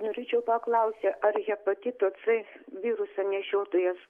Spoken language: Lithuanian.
norėčiau paklausti ar hepatito c viruso nešiotojas